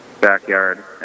backyard